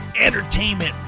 entertainment